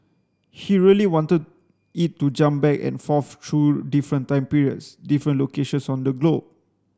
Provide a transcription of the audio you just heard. he really wanted it to jump back and forth through different time periods different locations on the globe